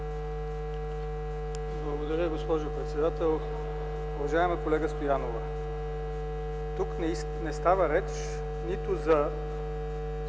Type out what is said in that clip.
Благодаря, госпожо председател. Уважаема колега Стоянова, тук не става реч нито за